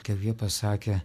kaip jie pasakė